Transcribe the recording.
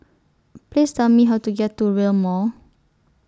Please Tell Me How to get to Rail Mall